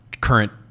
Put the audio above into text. current